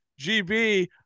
gb